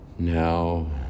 Now